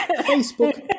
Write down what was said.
Facebook